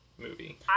movie